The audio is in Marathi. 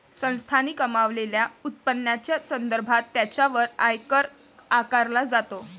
संस्थांनी कमावलेल्या उत्पन्नाच्या संदर्भात त्यांच्यावर आयकर आकारला जातो